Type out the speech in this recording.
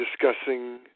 discussing